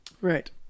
right